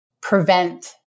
prevent